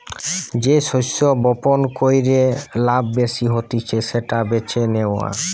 যে শস্য বপণ কইরে লাভ বেশি হতিছে সেটা বেছে নেওয়া